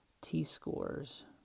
T-scores